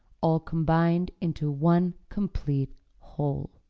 all combined into one complete whole.